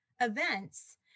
events